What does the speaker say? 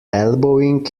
elbowing